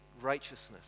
righteousness